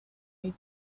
you